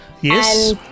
Yes